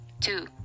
Two